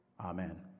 Amen